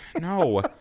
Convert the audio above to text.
No